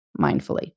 mindfully